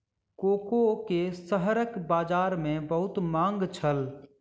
cocoa के शहरक बजार में बहुत मांग छल